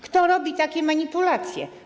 Kto robi takie manipulacje?